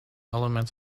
elements